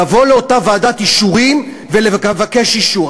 לבוא לאותה ועדת אישורים ולבקש אישור.